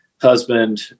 husband